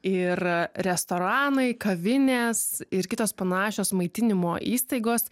ir restoranai kavinės ir kitos panašios maitinimo įstaigos